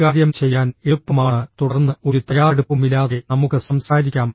കൈകാര്യം ചെയ്യാൻ എളുപ്പമാണ് തുടർന്ന് ഒരു തയ്യാറെടുപ്പുമില്ലാതെ നമുക്ക് സംസാരിക്കാം